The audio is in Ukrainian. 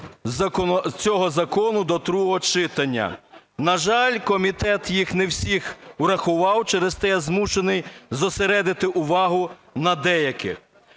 цього закону до другого читання. На жаль, комітет їх не всі врахував, через те я змушений зосередити увагу на деяких.